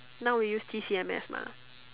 now we use T_C_M_S mah